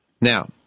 Now